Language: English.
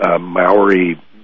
Maori